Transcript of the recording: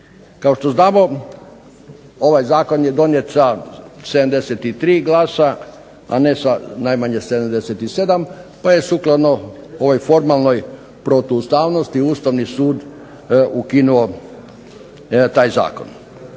Kao što znamo ovaj zakon je donijet je sa 73 glasa, a ne sa najmanje 77, pa je sukladno ovoj formalnoj protuustavnosti Ustavni sud ukinuo taj zakon.